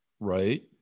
right